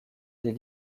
des